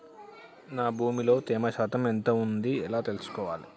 నా భూమి లో తేమ శాతం ఎంత ఉంది ఎలా తెలుసుకోవాలే?